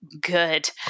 good